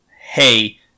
hey